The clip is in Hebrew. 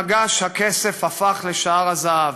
מגש הכסף הפך לשער הזהב".